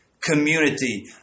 community